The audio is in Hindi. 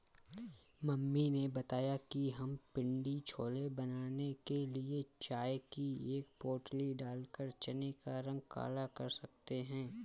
मम्मी ने बताया कि हम पिण्डी छोले बनाने के लिए चाय की एक पोटली डालकर चने का रंग काला कर सकते हैं